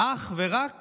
אך ורק